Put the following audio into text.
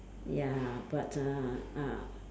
ya but uh ah